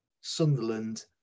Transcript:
Sunderland